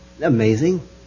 Amazing